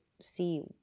see